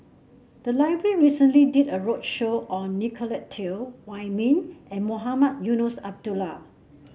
the library recently did a roadshow on Nicolette Teo Wei Min and Mohamed Eunos Abdullah